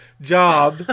job